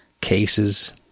Cases